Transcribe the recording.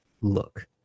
look